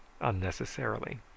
unnecessarily